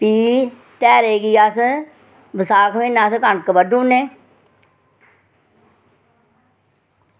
भी ध्यारै गी अस बसाख म्हीनै अस कनक बड्ढी ओड़ने